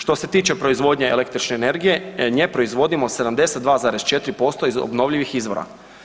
Što se tiče proizvodnje električne energije, nje proizvodimo 72,4% iz obnovljivih izvora.